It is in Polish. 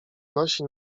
nosi